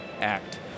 Act